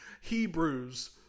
Hebrews